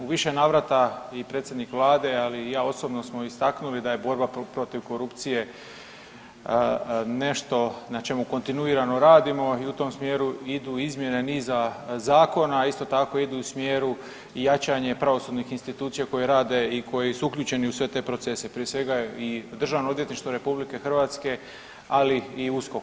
U više navrata i predsjednik vlade, ali i ja osobno smo istaknuli da je borba protiv korupcije nešto na čemu kontinuirano radimo i u tom smjeru idu izmjene niza zakona, a isto tako idu u smjeru i jačanja pravosudnih institucija koje rade i koji su uključeni u sve te procese prije svega i Državno odvjetništvo RH ali i USKOK.